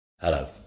Hello